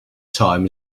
time